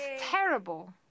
terrible